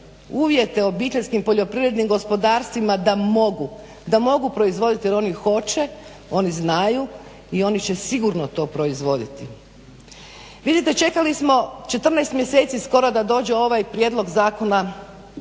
može. Pa treba napraviti uvjete OPG-ima da mogu proizvoditi jer oni hoće, oni znaju i oni će sigurno to proizvoditi. Vidite, čekali smo 14 mjeseci skoro da dođe ovaj prijedlog zakona